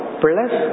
plus